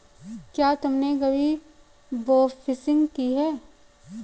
क्या तुमने कभी बोफिशिंग की है?